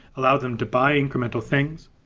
allow them to buy incremental things?